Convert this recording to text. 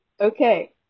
Okay